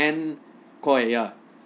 and koi ya